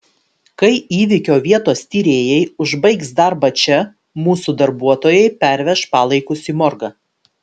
kai įvykio vietos tyrėjai užbaigs darbą čia mūsų darbuotojai perveš palaikus į morgą